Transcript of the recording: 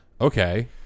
Okay